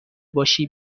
باشی